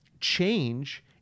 change